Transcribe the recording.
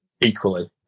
equally